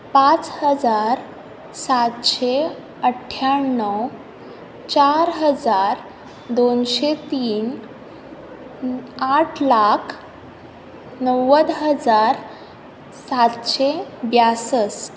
पांच हजार सातशें अठ्ठ्याण्णव चार हजार दोनशें तीन आठ लाख णव्वद हजार सातशें ब्यासश्ट